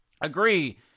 agree